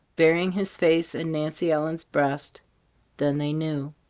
burying his face in nancy ellen's breast then they knew.